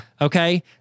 Okay